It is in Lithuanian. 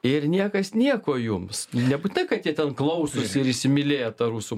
ir niekas nieko jums nebūtinai kad jie ten klausosi ir įsimylėję tą rusų